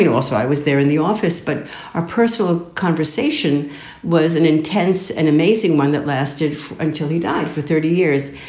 you know also i was there in the office. but a personal conversation was an intense and amazing one that lasted until he died for thirty years.